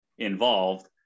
involved